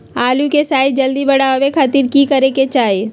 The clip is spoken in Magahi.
आलू के साइज जल्दी बड़ा होबे खातिर की करे के चाही?